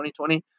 2020